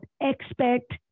expect